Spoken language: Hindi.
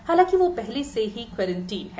हालांकि वो पहले से ही क्वेंटीन है